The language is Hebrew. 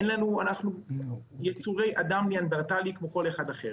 אנחנו יצורי אדם כמו כל אחד אחר.